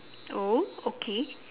oh okay